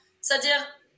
C'est-à-dire